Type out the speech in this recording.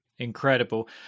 Incredible